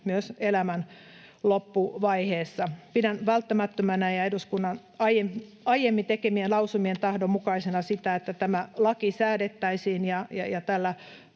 myös elämän loppuvaiheessa. Pidän välttämättömänä ja eduskunnan aiemmin tekemien lausumien tahdon mukaisena sitä, että tämä laki säädettäisiin, ja tällä